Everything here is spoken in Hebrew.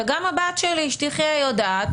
וגם הבת שלי שתחיה יודעת,